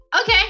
Okay